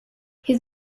his